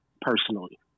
personally